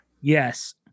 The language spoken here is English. Yes